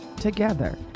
together